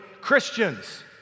Christians